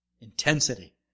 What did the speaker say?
intensity